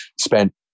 spent